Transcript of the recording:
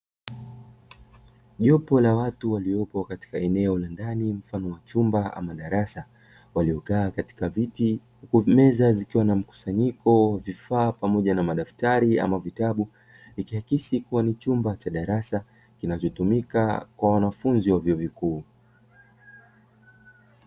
Jopo la watu waliopo katika eneo la ndani mfano wa chumba ama darasa waiokaa kaatika viti, huku meza zikiwa na mkusanyiko wa vifaa pamoja na madaftari ama vitabu ikiakisi kuwa ni chumba cha darasa, kinachotumika kwa wanafunzi wa vyuo vikuu.